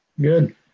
Good